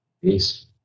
Peace